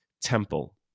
temple